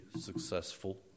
successful